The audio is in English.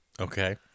Okay